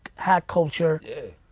hack culture. yeah,